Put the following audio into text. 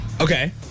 Okay